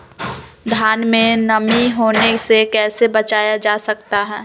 धान में नमी होने से कैसे बचाया जा सकता है?